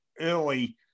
early